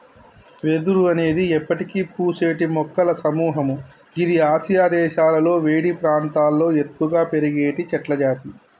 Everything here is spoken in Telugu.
వెదురు అనేది ఎప్పటికి పూసేటి మొక్కల సముహము గిది ఆసియా దేశాలలో వేడి ప్రాంతాల్లో ఎత్తుగా పెరిగేటి చెట్లజాతి